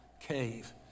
cave